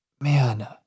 man